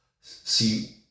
see